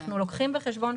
אנחנו לוקחים בחשבון,